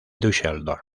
düsseldorf